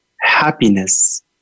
happiness